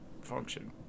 Function